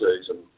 season